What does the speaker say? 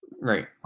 Right